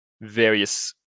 various